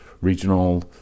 regional